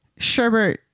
Sherbert